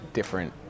different